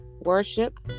worship